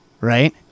Right